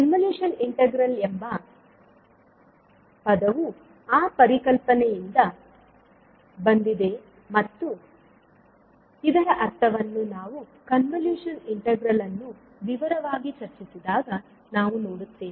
convolution integral ಎಂಬ ಪದವು ಆ ಪರಿಕಲ್ಪನೆಯಿಂದ ಬಂದಿದೆ ಮತ್ತು ಇದರ ಅರ್ಥವನ್ನು ನಾವು ಕನ್ವಲ್ಯೂಷನ್ ಇಂಟಿಗ್ರಲ್ ಅನ್ನು ವಿವರವಾಗಿ ಚರ್ಚಿಸಿದಾಗ ನಾವು ನೋಡುತ್ತೇವೆ